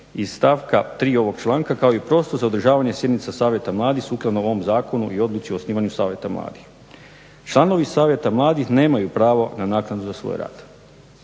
i stavka 3. ovog članka, kao i prostor za održavanje sjednica savjeta mladih sukladno ovom zakonu i odluci o osnivanju savjeta mladih. Članovi savjeta mladih nemaju pravo na naknadu za svoj rad.